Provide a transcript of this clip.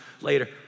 later